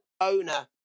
owner